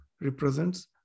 represents